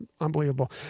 unbelievable